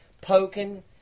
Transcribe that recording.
poking